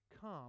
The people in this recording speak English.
Come